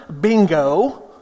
Bingo